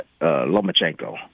Lomachenko